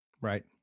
Right